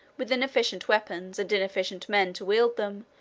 with inefficient weapons, and inefficient men to wield them,